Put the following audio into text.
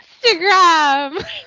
Instagram